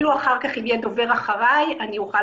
אפילו אחר כך אם יהיה דובר אחריי אני אוכל